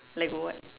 like what